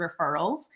referrals